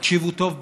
תקשיבו טוב,